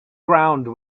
ground